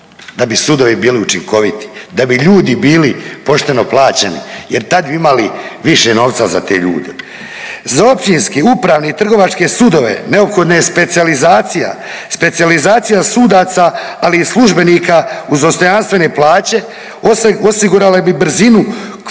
da bi sudovi bili učinkoviti, da bi ljudi bili pošteno plaćeni jer tad bi imali više novca za te ljude. Za općinske, upravni i trgovačke sudove neophodna je specijalizacija, specijalizacija sudaca ali i službenika uz dostojanstvene plaće osigurale bi brzinu, kvalitetu